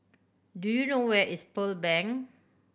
do you know where is Pearl Bank